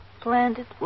Planted